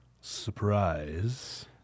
Surprise